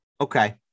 okay